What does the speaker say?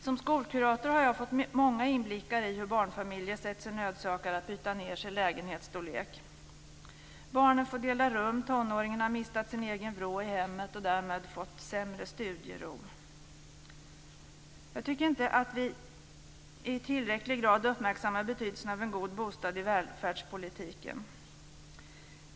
Som skolkurator har jag fått många inblickar i hur barnfamiljer sett sig nödsakade att byta ned sig i lägenhetsstorlek. Barnen får dela rum. Tonåringen har mist sin egen vrå i hemmet och därmed fått sämre studiero. Jag tycker inte att vi i tillräcklig grad uppmärksammar betydelsen av en god bostad i välfärdspolitiken.